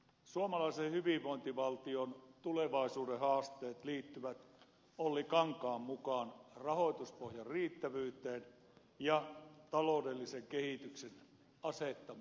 suomalaisen hyvinvointivaltion tulevaisuuden haasteet liittyvät olli kankaan mukaan rahoituspohjan riittävyyteen ja taloudellisen kehityksen asettamiin raameihin